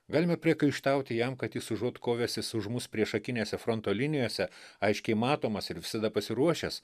galime priekaištauti jam kad jis užuot kovęsis už mus priešakinėse fronto linijose aiškiai matomas ir visada pasiruošęs